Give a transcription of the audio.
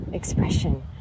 Expression